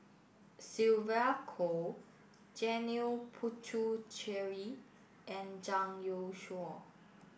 Sylvia Kho Janil Puthucheary and Zhang Youshuo